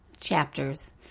chapters